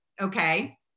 okay